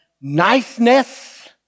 niceness